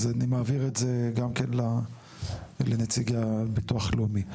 אז אני מעביר את זה גם כן לנציגי הביטוח הלאומי.